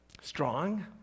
Strong